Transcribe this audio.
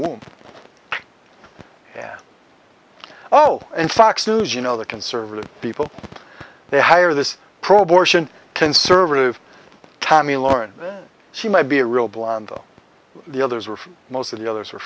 where oh and fox news you know the conservative people they hire this pro abortion conservative tommy lauren she might be a real blonde though the others were most of the others are